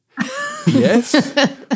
Yes